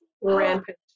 rampant